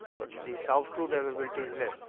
but the softwood availability is less.